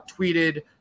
tweeted